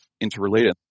interrelated